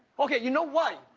okay, you know why.